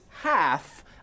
half